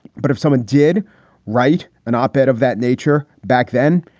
but if someone did write an op ed of that nature back then,